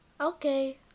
Okay